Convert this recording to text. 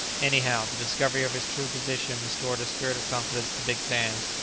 anyhow, the discovery of his true position restored a spirit of confidence to dick sands,